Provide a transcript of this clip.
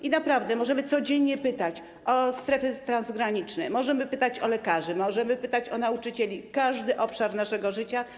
I naprawdę możemy codziennie pytać o strefy transgraniczne, możemy pytać o lekarzy, możemy pytać o nauczycieli, o każdy obszar naszego życia.